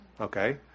okay